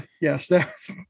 Yes